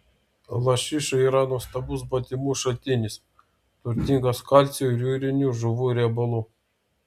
lašiša yra nuostabus baltymų šaltinis turtingas kalcio ir jūrinių žuvų riebalų